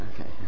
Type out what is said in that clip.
Okay